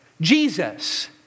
Jesus